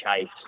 chase